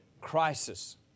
crisis